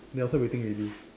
they outside waiting already